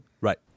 Right